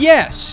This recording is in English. Yes